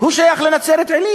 נצרת-עילית, הוא שייך לנצרת-עילית.